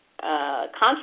contract